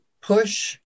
push